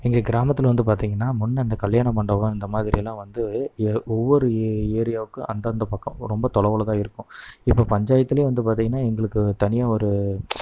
எங்கள் கிராமத்தில் வந்து பார்த்திங்கன்னா முன்னே இந்த கல்யாண மண்டபம் இந்த மாதிரிலாம் வந்து ஏ ஒவ்வொரு ஏ ஏரியாவுக்கு அந்தந்த பக்கம் ரொம்ப தொலைவுலதான் இருக்கும் இப்போ பஞ்சாயத்தில் வந்து பார்த்திங்கனா எங்களுக்கு தனியாக ஒரு